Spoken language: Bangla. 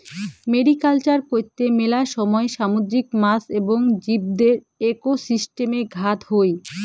মেরিকালচার কৈত্তে মেলা সময় সামুদ্রিক মাছ এবং জীবদের একোসিস্টেমে ঘাত হই